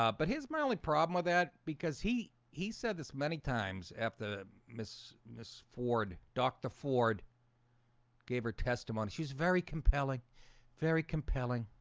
ah but here's my only problem with that because he he said this many times after miss miss ford, dr. ford gave her testimony. she's very compelling very compelling